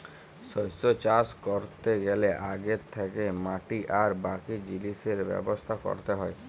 শস্য চাষ ক্যরতে গ্যালে আগে থ্যাকেই মাটি আর বাকি জিলিসের ব্যবস্থা ক্যরতে হ্যয়